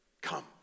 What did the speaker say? come